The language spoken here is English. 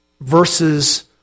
versus